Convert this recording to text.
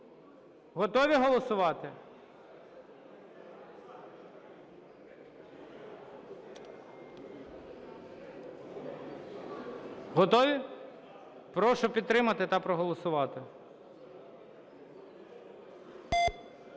Готові голосувати? Готові? Прошу підтримати та проголосувати.